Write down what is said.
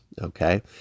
Okay